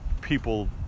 people